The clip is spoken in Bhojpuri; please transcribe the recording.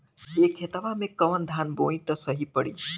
ए खेतवा मे कवन धान बोइब त सही पड़ी?